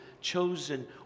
chosen